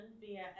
via